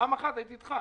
פעם אחת הייתי איתך.